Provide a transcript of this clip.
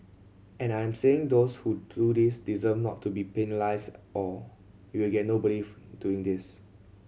and I am saying those who do this deserve not to be penalised or you will get nobody doing this